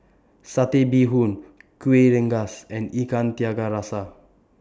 Satay Bee Hoon Kueh Rengas and Ikan Tiga Rasa